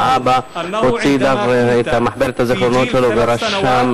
האבא הוציא את מחברת הזיכרונות שלו שרשם,